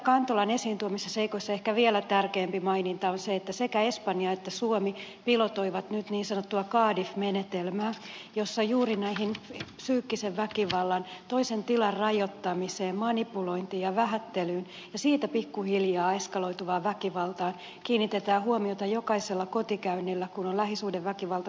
kantolan esiin tuomissa seikoissa ehkä vielä tärkeämpi maininta on se että sekä espanja että suomi pilotoivat nyt niin sanottua cardiff menetelmää jossa juuri psyykkiseen väkivaltaan toisen tilan rajoittamiseen manipulointiin ja vähättelyyn ja siitä pikkuhiljaa eskaloituvaan väkivaltaan kiinnitetään huomiota jokaisella kotikäynnillä